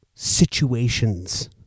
situations